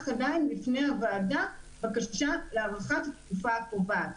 עדין בפני הוועדה בקשה להארכת התקופה הקובעת.